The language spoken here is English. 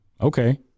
Okay